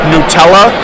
Nutella